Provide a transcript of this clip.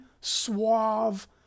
suave